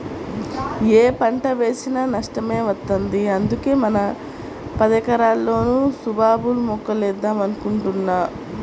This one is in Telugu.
యే పంట వేసినా నష్టమే వత్తంది, అందుకే మన పదెకరాల్లోనూ సుబాబుల్ మొక్కలేద్దాం అనుకుంటున్నా